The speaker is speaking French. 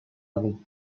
avon